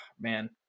man